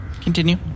Continue